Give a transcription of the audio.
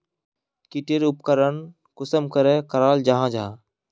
की टेर उपकरण कुंसम करे कराल जाहा जाहा?